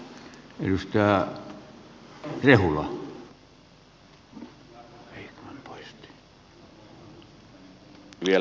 arvoisa herra puhemies